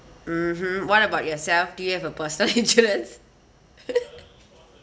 mmhmm what about yourself do you have a personal insurance